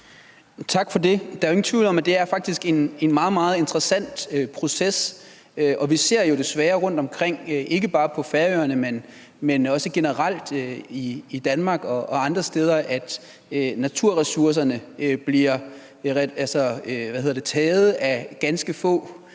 Tak for det. Der er ingen tvivl om, at det faktisk er en meget, meget interessant proces. Vi ser jo desværre rundtomkring, ikke bare på Færøerne, men også generelt i Danmark og andre steder, at naturressourcerne bliver taget af ganske få